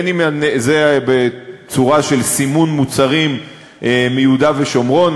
אם בצורה של סימון מוצרים מיהודה ושומרון,